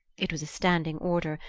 it was a standing order,